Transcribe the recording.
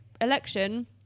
election